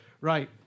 Right